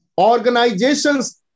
Organizations